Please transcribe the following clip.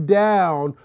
down